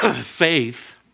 faith